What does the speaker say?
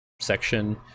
section